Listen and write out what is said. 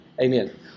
Amen